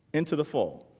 into the full